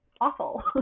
awful